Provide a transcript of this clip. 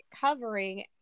covering